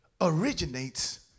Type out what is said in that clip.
originates